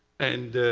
and